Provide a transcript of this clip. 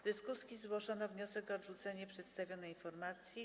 W dyskusji złożono wniosek o odrzucenie przedstawionej informacji.